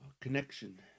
connection